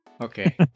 Okay